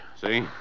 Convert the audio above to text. See